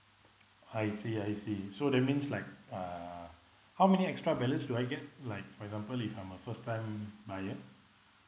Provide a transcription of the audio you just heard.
I see I see okay so that means like uh how many extra ballots do I get like for example if I'm a first time buyer